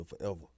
forever